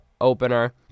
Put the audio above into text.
opener